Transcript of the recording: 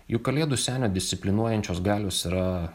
juk kalėdų senio disciplinuojančios galios yra